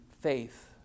faith